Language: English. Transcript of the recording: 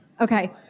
Okay